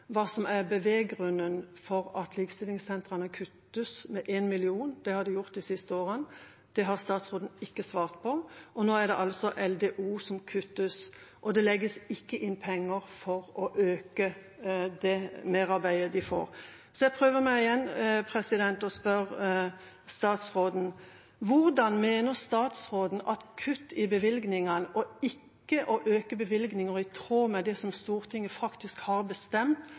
hva som er beveggrunnen for at likestillingssentrene kuttes med 1 mill. kr. Det har de gjort de siste årene, og det har ikke statsråden svart på. Nå er det altså LDO som kuttes, og det legges ikke inn penger for å øke merarbeidet de får. Jeg prøver meg igjen og spør statsråden: Med kutt i bevilgningene og ved ikke å øke bevilgningene til henholdsvis likestillingssentrene og Likestillingsombudet i tråd med det som Stortinget faktisk har bestemt